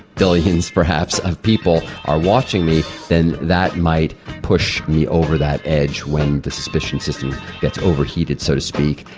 billions perhaps of people are watching me, then that might push me over that edge when the suspicion system gets overheated, so to speak,